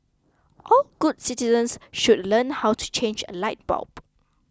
all good citizens should learn how to change a light bulb